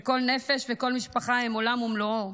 כשכל נפש וכל משפחה הן עולם ומלואו,